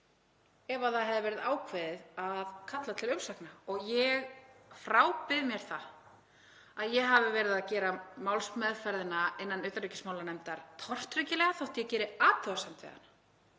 ef það hefði verið ákveðið að kalla til umsagna. Og ég frábið mér það að ég hafi verið að gera málsmeðferðina innan utanríkismálanefndar tortryggilega þótt ég geri athugasemd við hana.